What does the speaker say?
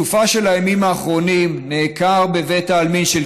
בסופה של הימים האחרונים נעקר בבית העלמין של